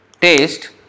taste